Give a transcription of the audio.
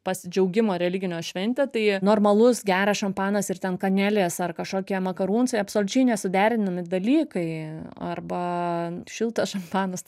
pasidžiaugimo religinio šventė tai normalus geras šampanas ir ten kanelės ar kažkokie makarūnsai absoliučiai nesuderinami dalykai arba šiltas šampanas